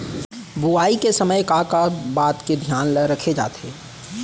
बुआई के समय का का बात के धियान ल रखे जाथे?